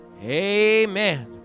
amen